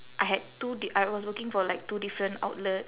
I had two d~ I was working for like two different outlet